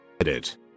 Edit